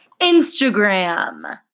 Instagram